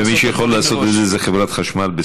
ומי שיכול לעשות את זה היא חברת חשמל,